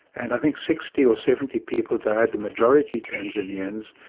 and i think sixty or seventy people died, the majority tanzanians.